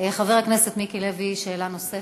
חבר הכנסת מיקי לוי, שאלה נוספת.